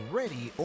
ready